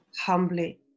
humbly